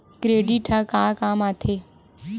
Credit ह का काम आथे?